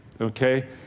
okay